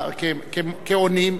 נמצאים כעונים,